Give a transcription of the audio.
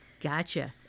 Gotcha